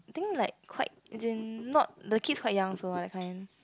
I think like quite as in not legit quite young also lah that kind